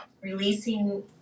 releasing